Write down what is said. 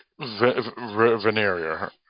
Veneria